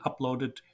uploaded